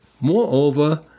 Moreover